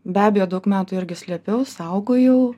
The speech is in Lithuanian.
be abejo daug metų irgi slėpiau saugojau